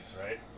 right